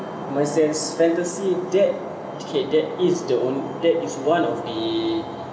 my sense fantasy that indicate that is the onl~ that is one of the